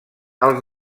als